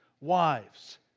wives